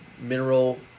mineral